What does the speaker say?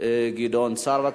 גדעון סער.